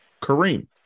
Kareem